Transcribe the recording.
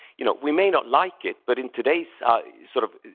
you know. we may not like it, but in today's sort of